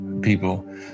people